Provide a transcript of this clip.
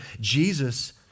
Jesus